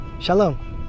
Shalom